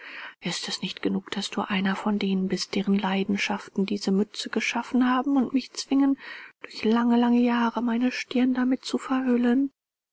ist es nicht genug daß du einer von denen bist deren leidenschaften diese mütze geschaffen haben und mich zwingen durch lange lange jahre meine stirn damit zu verhüllen